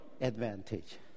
advantage